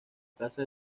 casa